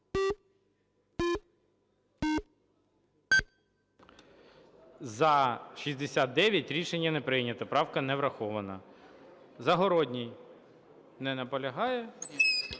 За-69 Рішення не прийнято. Правка не врахована. Загородній. Не наполягає.